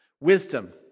wisdom